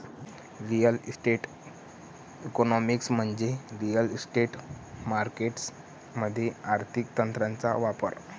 real estate economics म्हणजे real estate markets मध्ये आर्थिक तंत्रांचा वापर